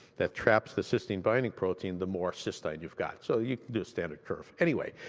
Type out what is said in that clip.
that traps the cystine binding protein, the more cystine you've got. so you can do a standard curve. anyway,